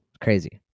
Crazy